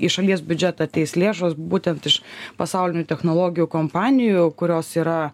į šalies biudžetą ateis lėšos būtent iš pasaulinių technologijų kompanijų kurios yra